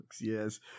Yes